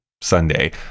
Sunday